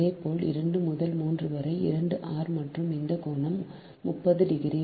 இதேபோல் 2 முதல் 3 வரை 2 ஆர் மற்றும் இந்த கோணம் 30 டிகிரி